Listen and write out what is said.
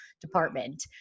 department